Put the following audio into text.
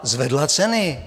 Zvedla ceny.